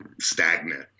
stagnant